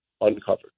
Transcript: uncovered